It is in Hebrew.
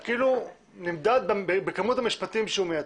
הוא כאילו נמדד בכמות המשפטים שהוא מייצר.